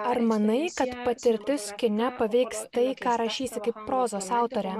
ar manai kad patirtis kine paveiks tai ką rašysi kaip prozos autorė